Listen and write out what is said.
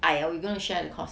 I or we going to share the cost